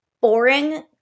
boring